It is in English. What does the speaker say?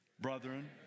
Brethren